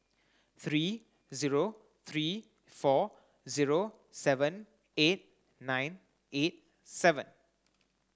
three zero three four seven eight nine eight seven